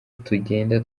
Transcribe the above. tugenda